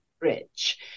rich